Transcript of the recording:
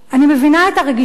"אני מבינה את הרגישות",